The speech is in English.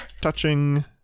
touching